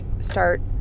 start